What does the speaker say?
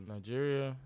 Nigeria